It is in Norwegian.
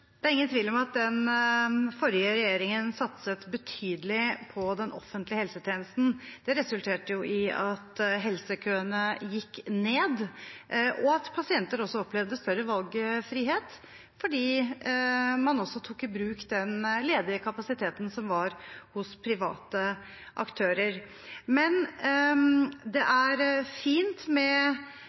Det er ingen tvil om at den forrige regjeringen satset betydelig på den offentlige helsetjenesten. Det resulterte i at helsekøene gikk ned, og at pasienter også opplevde større valgfrihet fordi man også tok i bruk den ledige kapasiteten som var hos private aktører. Det er fint med